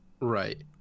Right